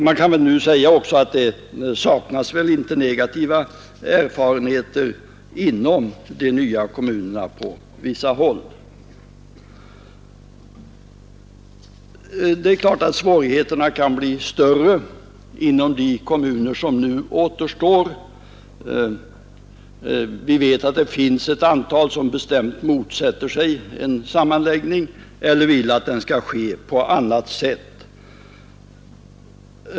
Man kan nu säga att det inte saknas negativa erfarenheter inom de nya kommunerna på vissa håll. Svårigheterna kan givetvis bli större inom de kommuner som nu återstår. Vi vet att det finns ett antal som bestämt motsätter sig en sammanläggning eller vill att den skall ske på annat sätt.